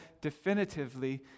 definitively